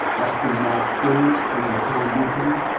that's been my experience spending time with him,